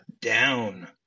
down